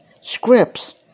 scripts